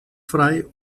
frei